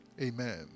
Amen